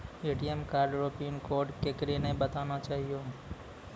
ATM card रो pin code केकरै नाय बताना चाहियो